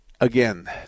Again